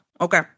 Okay